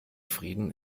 frieden